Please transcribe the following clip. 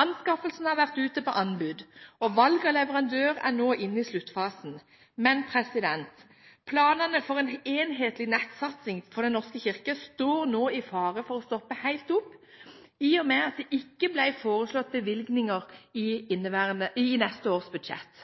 Anskaffelsen har vært ute på anbud, og valg av leverandør er nå inne i sluttfasen. Men planene for en enhetlig nettsatsing for Den norske kirke står nå i fare for å stoppe helt opp i og med at det ikke ble foreslått bevilgninger i neste års budsjett.